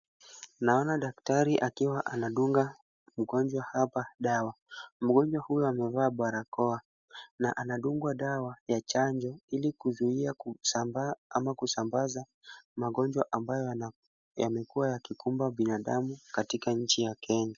Naona daktari akiwa anadunga mgonjwa hapa dawa. Mgonjwa huyu amevaa barakoa na anadungwa dawa ya chanjo, ili kuzuia kusambaa au kusambaza magonjwa ambayo yamekuwa yakikumba binadamu katika nchi ya Kenya.